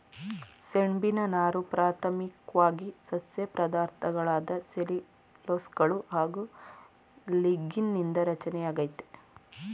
ಸೆಣ್ಬಿನ ನಾರು ಪ್ರಾಥಮಿಕ್ವಾಗಿ ಸಸ್ಯ ಪದಾರ್ಥಗಳಾದ ಸೆಲ್ಯುಲೋಸ್ಗಳು ಹಾಗು ಲಿಗ್ನೀನ್ ನಿಂದ ರಚನೆಯಾಗೈತೆ